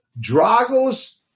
Drago's